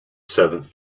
seventh